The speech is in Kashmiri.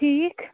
ٹھیٖک